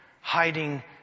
hiding